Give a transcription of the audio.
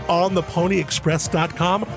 ontheponyexpress.com